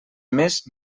més